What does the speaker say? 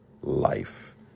life